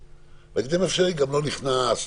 בהקדם האפשרי גם לא נכנס,